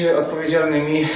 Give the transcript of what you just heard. odpowiedzialnymi